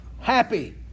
Happy